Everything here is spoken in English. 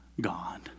God